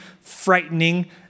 frightening